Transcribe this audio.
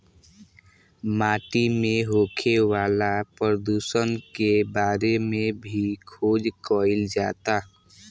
माटी में होखे वाला प्रदुषण के बारे में भी खोज कईल जाता